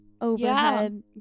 overhead